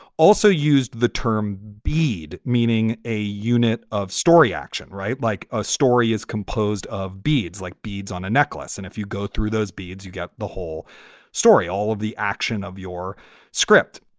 also used the term beed, meaning a unit of story action. right. like a story is composed of beads. like beads on a necklace. and if you go through those beads, you got the whole story, all of the action of your script.